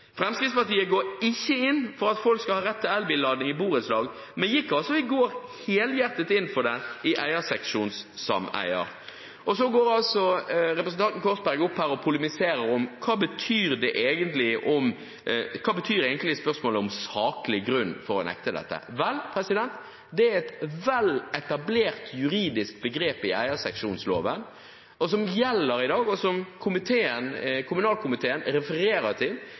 Fremskrittspartiet går ikke inn for at folk skal ha rett til elbillading i borettslag, men gikk i går helhjertet inn for det i eierseksjonssameier. Og så går representanten Korsberg opp her og polemiserer om hva spørsmålet om saklig grunn for å nekte dette betyr. Vel, det er et vel etablert juridisk begrep i eierseksjonsloven, som gjelder i dag, og som kommunalkomiteen refererer til.